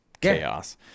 chaos